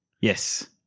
Yes